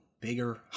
bigger